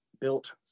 built